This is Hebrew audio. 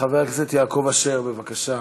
חבר הכנסת יעקב אשר, בבקשה.